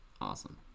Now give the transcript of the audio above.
Awesome